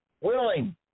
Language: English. willing